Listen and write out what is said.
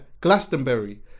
Glastonbury